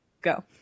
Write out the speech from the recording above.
go